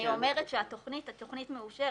אני אומרת שהתוכנית מאושרת.